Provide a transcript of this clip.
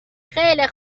خیلی